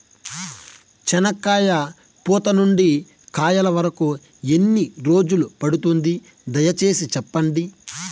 చెనక్కాయ పూత నుండి కాయల వరకు ఎన్ని రోజులు పడుతుంది? దయ సేసి చెప్పండి?